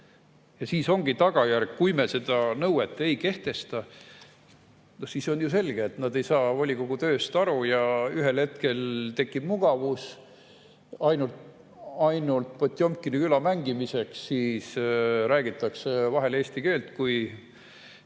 Ja siis ongi selge tagajärg, et kui me seda nõuet ei kehtesta, siis nad ei saa volikogu tööst aru, ja ühel hetkel tekib mugavus ainult Potjomkini küla mängimiseks: räägitakse vahel eesti keelt, kui